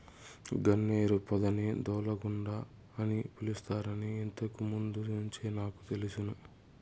గన్నేరు పొదని దూలగుండ అని పిలుస్తారని ఇంతకు ముందు నుంచే నాకు తెలుసును